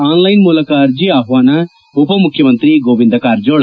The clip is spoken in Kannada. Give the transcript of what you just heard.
ಆನ್ಲೈನ್ ಮೂಲಕ ಅರ್ಜಿ ಆಹ್ಲಾನ ಉಪಮುಖ್ಯಮಂತ್ರಿ ಗೋವಿಂದ ಕಾರಜೋಳ